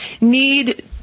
need